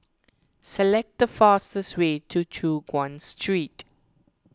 select the fastest way to Choon Guan Street